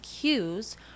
cues